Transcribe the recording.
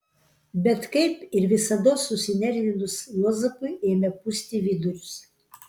bet kaip ir visados susinervinus juozapui ėmė pūsti vidurius